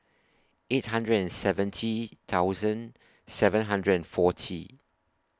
eight hundred and seventy thousand seven hundred and forty